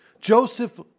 Joseph